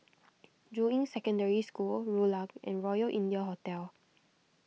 Juying Secondary School Rulang and Royal India Hotel